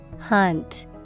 Hunt